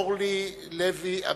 חברת הכנסת אורלי לוי אבקסיס.